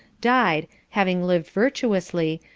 died, having lived virtuously,